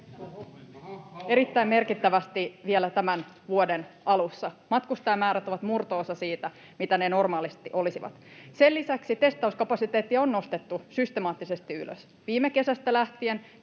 ...erittäin merkittävästi vielä tämän vuoden alussa. Matkustajamäärät ovat murto-osa siitä, mitä ne normaalisti olisivat. Sen lisäksi testauskapasiteettia on nostettu systemaattisesti ylös. Viime kesästä lähtien